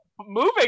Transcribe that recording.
moving